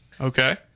Okay